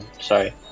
sorry